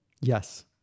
Yes